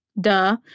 Duh